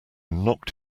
knocked